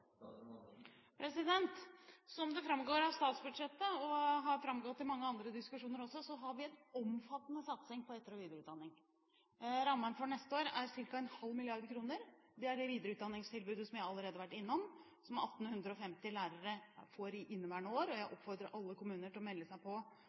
Som det framgår av statsbudsjettet og som det har framgått i mange andre diskusjoner, har vi en omfattende satsing på etter- og videreutdanning. Rammen for neste år er ca. en halv milliard kroner. Det er det videreutdanningstilbudet som jeg allerede har vært innom, det 1 850 lærere får i inneværende år. Jeg oppfordrer alle kommuner til å melde seg på her og